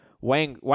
wang